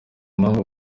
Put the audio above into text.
impamvu